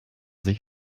sich